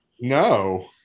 No